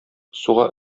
суга